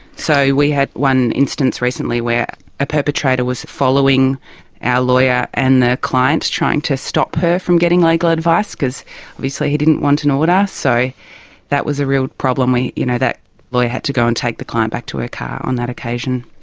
so we had one instance recently were a perpetrator was following our lawyer and the client, trying to stop her from getting legal advice because obviously he didn't want an order, so that was a real problem. you know that lawyer had to go and take the client back to her car on that occasion.